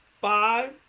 five